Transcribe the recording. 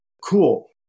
cool